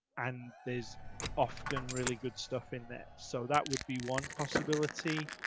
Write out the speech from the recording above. and there's often really good stuff in there. so that would be one possibility.